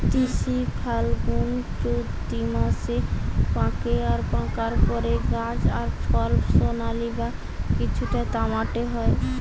তিসি ফাল্গুনচোত্তি মাসে পাকে আর পাকার পরে গাছ আর ফল সোনালী বা কিছুটা তামাটে হয়